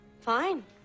fine